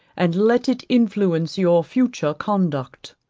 and let it influence your future conduct.